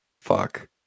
Fuck